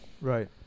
Right